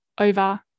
over